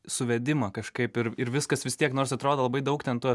suvedimą kažkaip ir ir viskas vis tiek nors atrodo labai daug ten tų